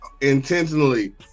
intentionally